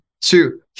two